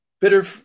bitter